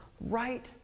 right